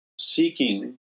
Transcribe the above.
seeking